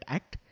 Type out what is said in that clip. Act